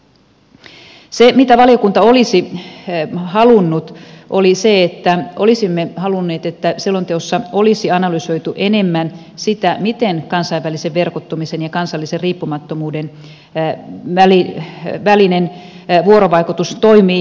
se mitä valiokunta olisi halunnut oli se että selonteossa olisi analysoitu enemmän sitä miten kansainvälisen verkottumisen ja kansallisen riippumattomuuden välinen vuorovaikutus toimii